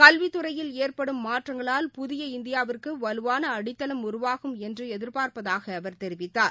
கல்வித்துறையில் ஏற்படும் மாற்றங்களால் புதிய இந்தியாவிற்குவலுவானஅடித்தளம் உருவாகும் என்றுஎதிர்பார்ப்பதாகஅவர் தெரிவித்தார்